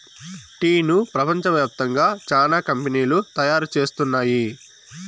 టీను ప్రపంచ వ్యాప్తంగా చానా కంపెనీలు తయారు చేస్తున్నాయి